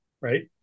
Right